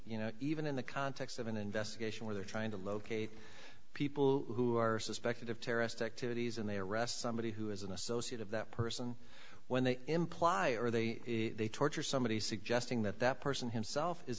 you know even in the context of an investigation where they're trying to locate people who are suspected of terrorist activities and they arrest somebody who is an associate of that person when they imply or they they torture somebody suggesting that that person himself is